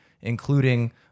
including